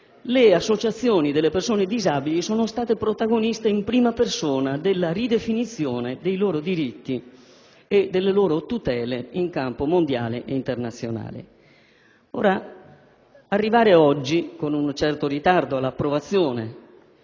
le associazioni dei disabili sono state protagoniste in prima persona della ridefinizione dei loro diritti e delle loro tutele in campo mondiale e internazionale. Arrivare oggi, con un certo ritardo, alla ratifica